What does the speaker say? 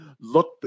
Look